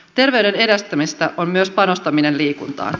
terveyden edistämistä on myös panostaminen liikuntaan